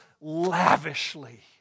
lavishly